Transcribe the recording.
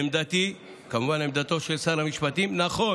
לעמדתי, עמדתו של שר המשפטים, נכון